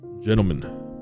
Gentlemen